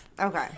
Okay